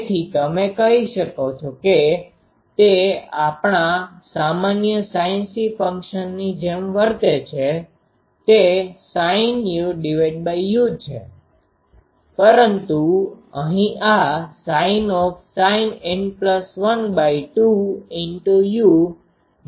તેથી તમે એમ કહી શકો છો કે તે આપણા સામાન્ય sinc ફંક્શનની જેમ વર્તે છે તે sinuu છે પરંતુ અહીં આ sin N12u sin u છે